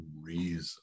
reason